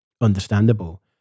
understandable